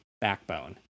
backbone